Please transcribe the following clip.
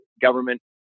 government